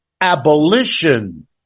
abolition